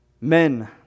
Men